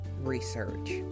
research